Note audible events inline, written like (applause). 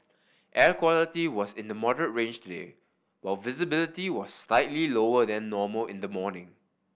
air quality was in the moderate range (unintelligible) while visibility was slightly lower than normal in the morning